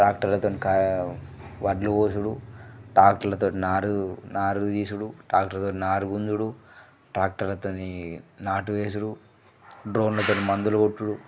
ట్రాక్టర్లతోని కా వడ్లు కోసుడు ట్రాక్టర్లతోని నారు నారు తీసుడు ట్రాక్టర్లతోని నారు గుంజుడు ట్రాక్టర్లతోని నాటు వేసుడు డ్రోన్లతోని మందులు కొట్టుడు